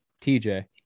TJ